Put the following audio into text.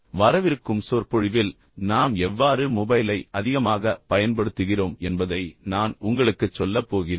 வரவிருக்கும் சொற்பொழிவில் நாம் எவ்வாறு மொபைலை அதிகமாக பயன்படுத்துகிறோம் என்பதை நான் உங்களுக்குச் சொல்லப் போகிறேன்